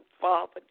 Father